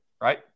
Right